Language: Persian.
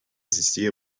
زیستی